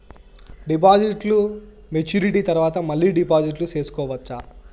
డిపాజిట్లు మెచ్యూరిటీ తర్వాత మళ్ళీ డిపాజిట్లు సేసుకోవచ్చా?